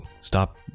Stop